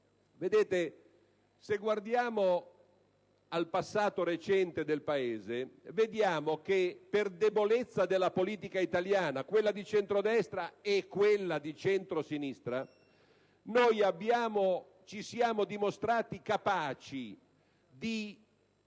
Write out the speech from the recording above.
Se guardiamo al passato recente del Paese, vediamo che, per debolezza della politica italiana (di centrodestra e di centrosinistra) ci siamo dimostrati capaci di